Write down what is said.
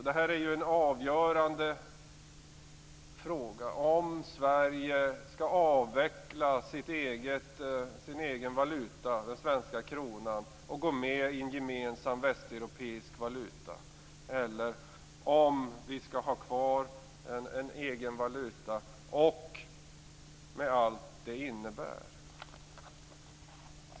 Det här är en avgörande fråga: Skall Sverige avveckla sin egen valuta, den svenska kronan, och gå med i en gemensam västeuropeisk valuta, eller skall vi ha kvar en egen valuta med allt det innebär?